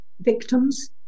victims